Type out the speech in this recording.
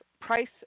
price